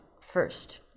first